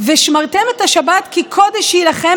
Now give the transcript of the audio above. "ושמרתם את השבת כי קֹדש הוא לכם,